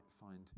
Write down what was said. find